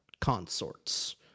consorts